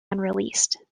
unreleased